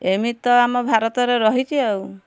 ଏମିତି ତ ଆମ ଭାରତରେ ରହିଛି ଆଉ